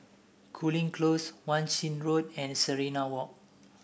Cooling Close Wan Shih Road and Serenade Walk